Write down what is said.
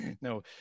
no